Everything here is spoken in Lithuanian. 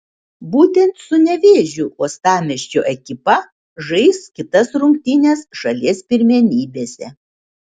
būtent su nevėžiu uostamiesčio ekipa žais kitas rungtynes šalies pirmenybėse